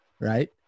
right